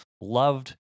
loved